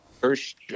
first